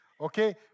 okay